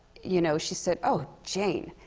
you know, she said, oh, jane.